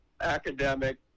academic